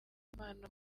impano